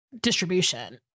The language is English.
distribution